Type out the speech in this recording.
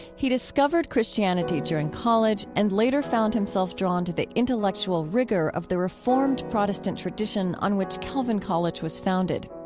he discovered christianity during college and later found himself drawn to the intellectual rigor of the reformed protestant tradition on which calvin college was founded.